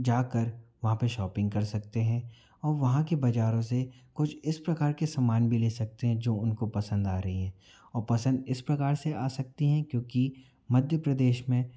जाकर वहाँ पे शॉपिंग कर सकते हैं और वहाँ के बाजारों से कुछ इस प्रकार के समान भी ले सकते हैं जो उनको पसंद आ रही है और पसंद इस प्रकार से आ सकती हैं क्योंकि मध्य प्रदेश में